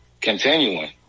continuing